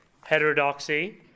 heterodoxy